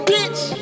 Bitch